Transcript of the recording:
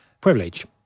privilege